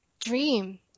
dream